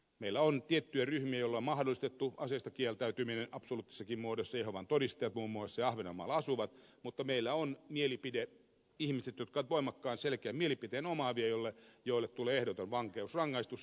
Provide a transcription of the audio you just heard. meillä on tiettyjä ryhmiä joille on mahdollistettu aseista kieltäytyminen absoluuttisessakin muodossa jehovan todistajat muun muassa ja ahvenanmaalla asuvat mutta meillä on mielipideihmisiä jotka ovat voimakkaan selkeän mielipiteen omaavia joille tulee ehdoton vankeusrangaistus